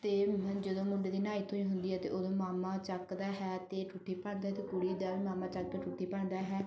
ਅਤੇ ਜਦੋਂ ਮੁੰਡੇ ਦੀ ਨਹਾਈ ਧੋਆਈ ਹੁੰਦੀ ਹੈ ਅਤੇ ਉਦੋਂ ਮਾਮਾ ਚੱਕਦਾ ਹੈ ਅਤੇ ਠੁੱਠੀ ਭੰਨ੍ਹਦਾ ਹੈ ਅਤੇ ਕੁੜੀ ਦਾ ਵੀ ਮਾਮਾ ਚੱਕ ਕੇ ਠੁੱਠੀ ਭੰਨ੍ਹਦਾ ਹੈ